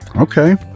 Okay